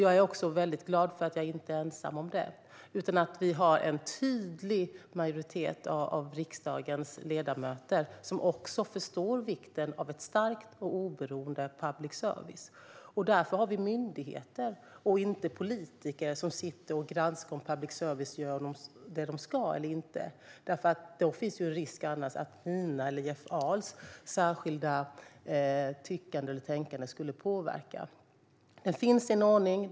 Jag är väldigt glad för att jag inte är ensam om det och för att en tydlig majoritet av riksdagens ledamöter också förstår vikten av stark och oberoende public service. Därför har vi myndigheter och inte politiker som sitter och granskar huruvida public service gör det de ska. Annars skulle det finnas en risk att mitt eller Jeff Ahls särskilda tyckande eller tänkande skulle påverka. Det finns en ordning.